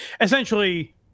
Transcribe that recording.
essentially